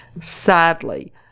Sadly